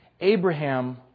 Abraham